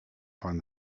find